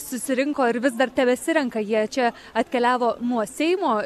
susirinko ir vis dar tebesirenka jie čia atkeliavo nuo seimo